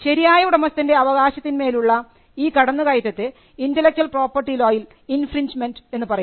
ശരിയായ ഉടമസ്ഥൻറെ അവകാശത്തിന്മേൽ ഉള്ള ഈ കടന്നുകയറ്റത്തെ ഇന്റെലക്ച്വൽ പ്രോപ്പർട്ടി ലോ യിൽ ഇൻഫ്രിഞ്ച്മെന്റ് എന്നു പറയുന്നു